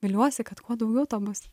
viliuosi kad kuo daugiau to bus